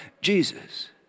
Jesus